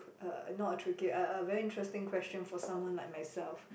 uh not tricky uh uh very interesting question for someone like myself